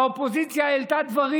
והאופוזיציה העלתה דברים,